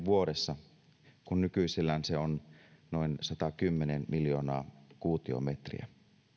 vuodessa kun nykyisellään se on noin satakymmentä miljoonaa kuutiometriä